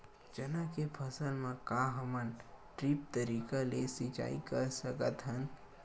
चना के फसल म का हमन ड्रिप तरीका ले सिचाई कर सकत हन?